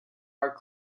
are